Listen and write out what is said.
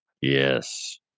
yes